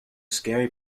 scary